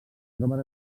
troben